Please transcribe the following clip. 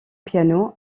piano